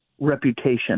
reputation